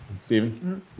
Stephen